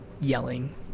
yelling